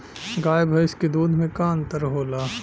गाय भैंस के दूध में का अन्तर होला?